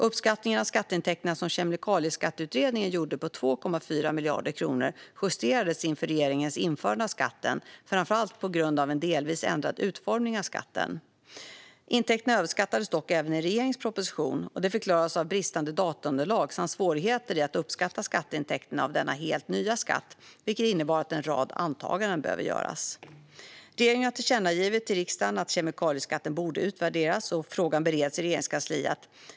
Uppskattningen av skatteintäkterna som Kemikalieskatteutredningen gjorde på 2,4 miljarder kronor justerades inför regeringens införande av skatten, framför allt på grund av en delvis ändrad utformning av skatten. Intäkterna överskattades dock även i regeringens proposition. Detta förklaras av bristande dataunderlag samt svårigheter i att uppskatta skatteintäkterna av denna helt nya skatt, vilket innebar att en rad antaganden behövde göras. Riksdagen har tillkännagivit till regeringen att kemikalieskatten borde utvärderas. Frågan bereds i Regeringskansliet.